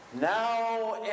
Now